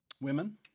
women